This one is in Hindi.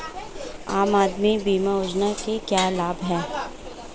आम आदमी बीमा योजना के क्या लाभ हैं?